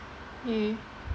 ya